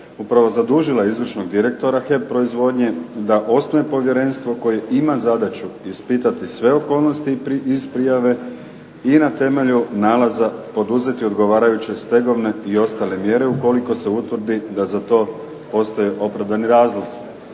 upravo zadužila izvršnog direktora "HEP" proizvodnje da osnuje povjerenstvo koje ima zadaću ispitati sve okolnosti iz prijave i na temelju nalaza poduzeti odgovarajuće stegovne i ostale mjere ukoliko se utvrdi da za to postoje opravdani razlozi.